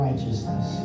Righteousness